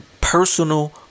personal